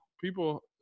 people